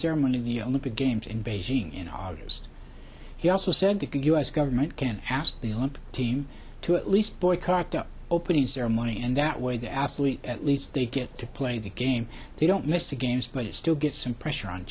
ceremony of the olympic games in beijing in august he also said you can u s government can ask the olympic team to at least boycott the opening ceremony and that way the astley at least they get to play the game they don't miss the games but it still gets some pressure on